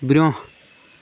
برٛونٛہہ